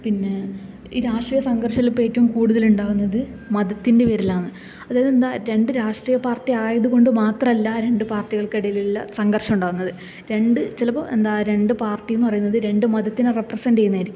പിന്നെ ഈ രാഷ്ട്രീയ സംഘര്ഷത്തില് ഇപ്പം ഏറ്റവും കൂടുതല് ഉണ്ടാവുന്നത് മതത്തിന്റെ പേരിലാണ് അതായത് എന്താ രണ്ടു രാഷ്ട്രീയ പാർട്ടി ആയതുകൊണ്ട് മാത്രല്ല ആ രണ്ടു പാര്ട്ടികള്ക്കിടയിലുള്ള സംഘർഷം ഉണ്ടാവുന്നത് രണ്ട് ചിലപ്പോൾ എന്താ രണ്ട് പാർട്ടി എന്നു പറയുന്നത് രണ്ടു മതത്തിനെ റെപ്രസന്റ് ചെയ്യുന്നതായിരിക്കും